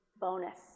Bonus